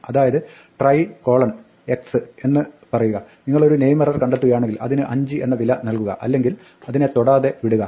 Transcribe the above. അതായത് try x എന്ന് പറയുക നിങ്ങൾ ഒരു നെയിം എറർ കണ്ടെത്തുകയാണെങ്കിൽ അതിന് 5 എന്ന വില നൽകുക അല്ലെങ്കിൽ അതിനെ തൊടാതെ വിടുക